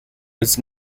was